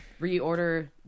reorder